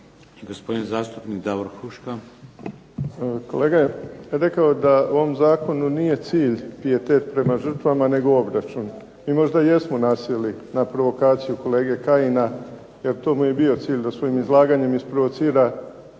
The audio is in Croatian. Huška. **Huška, Davor (HDZ)** Kolega je rekao da u ovom zakonu nije cilj pijetet prema žrtvama nego obračun. Mi možda jesmo nasjeli na provokaciju kolege Kajina, jer to mu je i bio cilj da svojim izlaganjem isprovocira